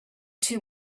two